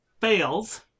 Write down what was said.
fails